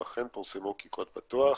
הן אכן פורסמו כקוד פתוח.